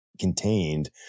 Contained